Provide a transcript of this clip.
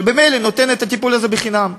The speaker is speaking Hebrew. שממילא נותן את הטיפול הזה בחינם.